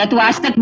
like last